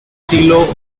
siglo